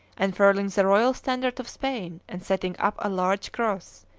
unfurling the royal standard of spain and setting up a large cross,